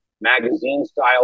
magazine-style